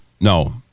no